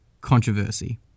controversy